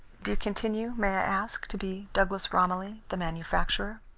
do you continue, may i ask, to be douglas romilly, the manufacturer?